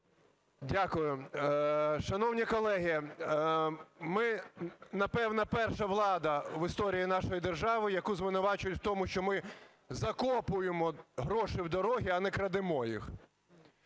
Дякую. Шановні колеги, ми, напевно, перша влада в історії нашої держави, яку звинувачують в тому, що ми закопуємо гроші в дороги, а не крадемо їх.